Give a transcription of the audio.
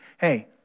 hey